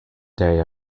day